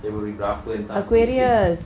february berapa entah